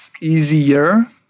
easier